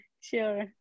Sure